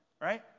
right